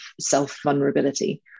self-vulnerability